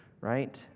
right